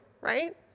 right